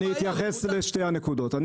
אני אתייחס לשתי הנקודות.